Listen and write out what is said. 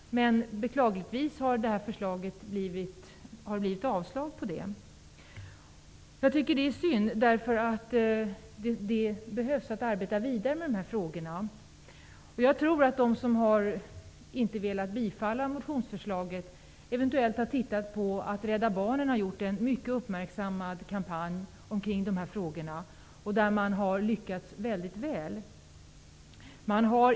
Beklagligtvis har det förslaget avstyrkts. Jag tycker att det är synd -- man behöver arbeta vidare med de här frågorna. De som inte har velat tillstyrka motionsförslaget har eventuellt tänkt på att Rädda barnen har gjort en mycket uppmärksammad kampanj omkring de här frågorna och att man där har lyckats väldigt väl.